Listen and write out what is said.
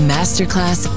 Masterclass